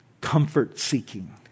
comfort-seeking